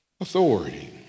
authority